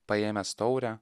paėmęs taurę